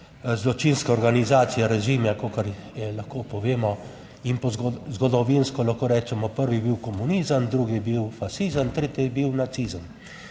zločinske organizacije, režime, kakor lahko povemo in zgodovinsko lahko rečemo, prvi je bil komunizem, drugi je bil fašizem, tretji je bil nacizem.